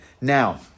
Now